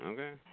Okay